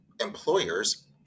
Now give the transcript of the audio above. employers